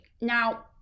now